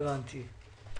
הבנתי.